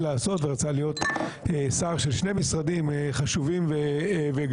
לעשות ורצה להיות שר של שני משרדים חשובים וגדולים.